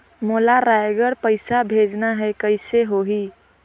मोला रायगढ़ पइसा भेजना हैं, कइसे होही?